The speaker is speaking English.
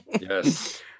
Yes